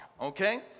okay